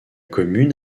commune